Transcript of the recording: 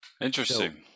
interesting